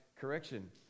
correction